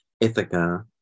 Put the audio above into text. Ithaca